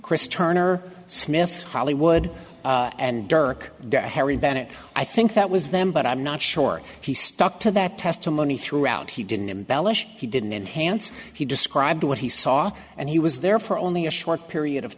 chris turner smith hollywood and dirk harry bennett i think that was them but i'm not sure he stuck to that testimony throughout he didn't embellish he didn't inhance he described what he saw and he was there for only a short period of